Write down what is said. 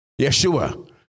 Yeshua